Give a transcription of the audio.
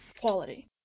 quality